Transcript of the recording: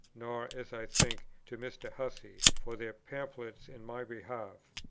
nor, as i think, to mr. hussey, for their pamphlets in my behalf.